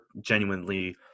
genuinely